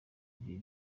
iri